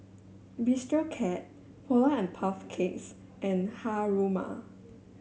Bistro Cat Polar and Puff Cakes and Haruma